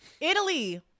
Italy